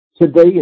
Today